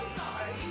sorry